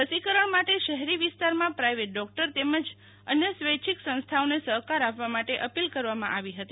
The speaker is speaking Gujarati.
રસીકરણ માટે શહેરી વિસ્તારમાં પ્રાઇવેટ ડોક્ટર તેમજ તેમજ અન્ય સ્વૈછિક સંથાઓને સહકાર આપવા માટે અપીલ કરવામાં હતી